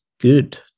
good